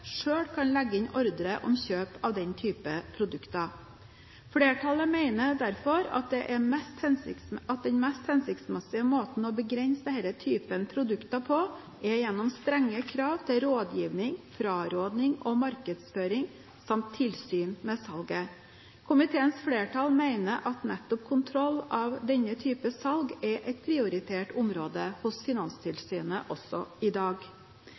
kan legge inn en ordre om kjøp av den type produkter. Flertallet mener derfor at den mest hensiktsmessige måten å begrense denne typen produkter på er gjennom strenge krav til rådgivning, frarådning og markedsføring samt tilsyn med salget. Komiteens flertall mener at nettopp kontroll av denne type salg er et prioritert område hos Finanstilsynet også i dag.